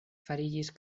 fariĝis